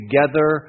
together